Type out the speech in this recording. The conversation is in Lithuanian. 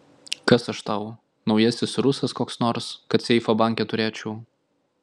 kas aš tau naujasis rusas koks nors kad seifą banke turėčiau